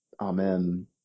Amen